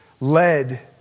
led